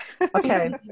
Okay